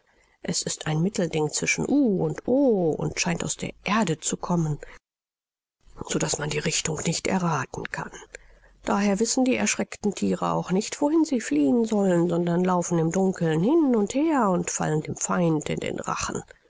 es ist ein mittelding zwischen u und o und scheint aus der erde zu kommen so daß man die richtung nicht errathen kann daher wissen die erschreckten thiere auch nicht wohin sie fliehen sollen sondern laufen im dunkeln hin und her und fallen dem feind in den rachen